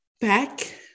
back